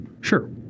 Sure